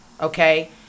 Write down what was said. okay